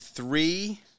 Three